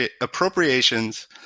appropriations